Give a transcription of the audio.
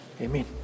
Amen